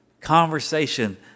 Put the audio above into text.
conversation